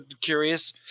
Curious